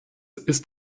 ist